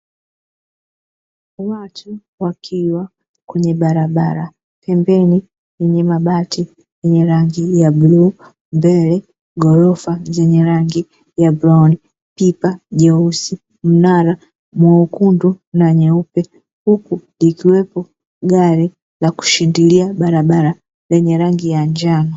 Watu wakiwa kwenye barabara, pembeni yenye mabati yenye rangi ya bluu, mbele ghorofa zenye rangi ya brauni, pipa jeusi, mnara mwekundu na nyeupe, huku likiwepo gari la kushindilia barabara lenye rangi ya njano.